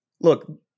look